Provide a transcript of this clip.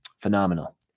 Phenomenal